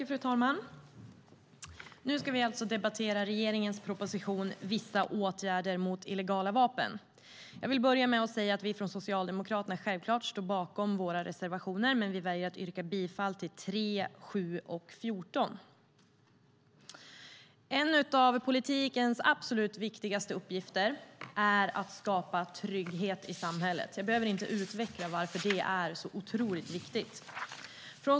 Fru talman! Nu ska vi alltså debattera regeringens proposition Vissa åtgärder mot illegala vapen . Jag vill börja med att säga att vi från Socialdemokraterna självklart står bakom våra reservationer, men vi väljer att yrka bifall till reservationerna 3, 7 och 14. En av politikens absolut viktigaste uppgifter är att skapa trygghet i samhället. Jag behöver inte utveckla varför det är så otroligt viktigt.